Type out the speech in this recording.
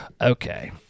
Okay